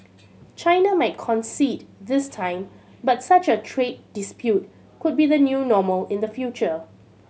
China might concede this time but such a trade dispute could be the new normal in the future